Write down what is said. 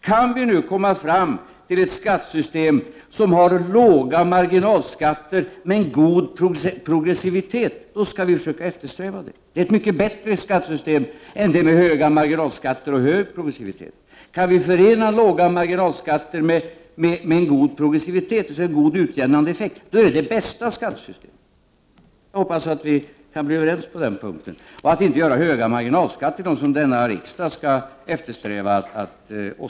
Kan vi nu komma fram till ett skattesystem med låga marginalskatter men god progressivitet, skall vi försöka eftersträva det. Det är ett mycket bättre skattesystem än ett system med höga marginalskatter och hög progressivitet. Kan vi förena låga marginalskatter med en god progressivitet, dvs. en god utjämnande effekt, är det det bästa skattesystemet. Jag hoppas att vi kan bli överens på den punkten. Höga marginalskatter är inte någonting som denna riksdag skall eftersträva.